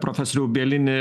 profesoriau bielini